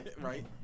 Right